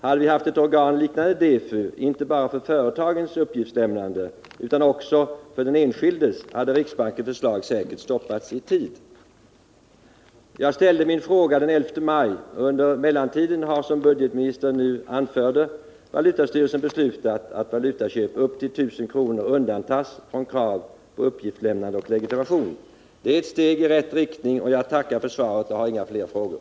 Hade vi haft ett organ liknande DEFU inte bara för företagens uppgiftslämnande utan också för den enskildes, hade riksbankens förslag säkert stoppats i tid. Jag ställde min fråga den 11 maj, och under mellantiden har, som budgetoch ekonomiministern nu anförde, valutastyrelsen beslutat att valutaköp upp till 1 000 kr. undantas från krav på uppgiftslämnande och legitimation. Det är ett steg i rätt riktning. Jag tackar för svaret och har inga fler frågor.